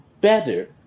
better